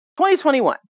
2021